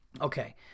Okay